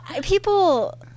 people